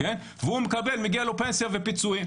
והוא מקבל פנסיה ופיצויים,